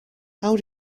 how